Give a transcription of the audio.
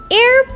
air